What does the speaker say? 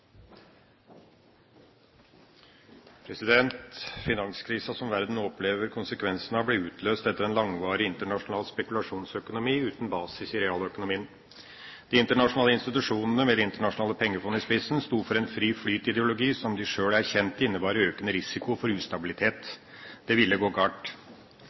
Finanskrisa som verden nå opplever konsekvensene av, ble utløst etter en langvarig internasjonal spekulasjonsøkonomi, uten basis i realøkonomien. De internasjonale institusjonene, med Det internasjonale pengefond i spissen, sto for en fri-flyt-ideologi som de sjøl erkjente innebar en risiko for ustabilitet – det ville gå